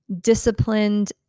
disciplined